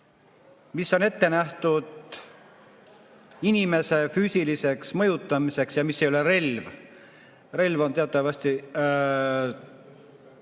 mis on ette nähtud inimese füüsiliseks mõjutamiseks ja mis ei ole relv. Relv on teatavasti